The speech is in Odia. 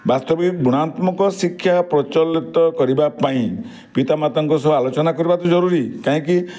ବାସ୍ତବିକ ଗୁଣାତ୍ମକ ଶିକ୍ଷା ପ୍ରଚଳିତ କରିବା ପାଇଁ ପିତା ମାତାଙ୍କ ସହ ଆଲୋଚନା କରିବା ତ ଜରୁରୀ କାହିଁକି